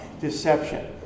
Deception